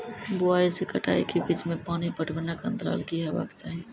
बुआई से कटाई के बीच मे पानि पटबनक अन्तराल की हेबाक चाही?